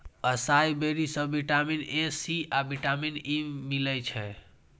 असाई बेरी सं vitamin A, C आ विटामिन ई मिलै छै